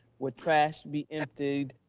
will trash be emptied,